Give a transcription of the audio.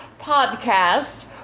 podcast